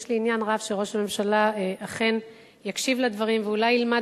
יש לי עניין רב שראש הממשלה אכן יקשיב לדברים ואולי ילמד